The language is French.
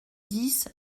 dix